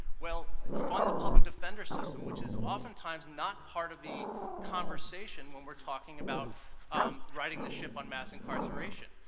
fund the public defender system, which is oftentimes not part of the conversation when we are talking about um righting the ship on mass incarceration.